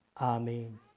Amen